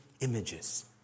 Images